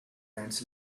ants